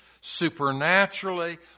supernaturally